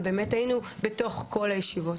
ובאמת היינו בכל הישיבות.